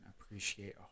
appreciate